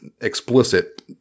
explicit